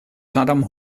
saddam